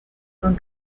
con